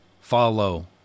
follow